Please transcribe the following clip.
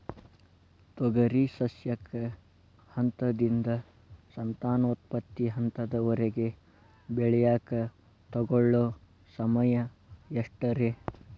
ತೊಗರಿ ಸಸ್ಯಕ ಹಂತದಿಂದ, ಸಂತಾನೋತ್ಪತ್ತಿ ಹಂತದವರೆಗ ಬೆಳೆಯಾಕ ತಗೊಳ್ಳೋ ಸಮಯ ಎಷ್ಟರೇ?